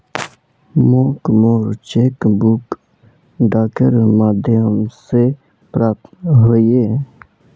मोक मोर cheque book डाकेर माध्यम से प्राप्त होइए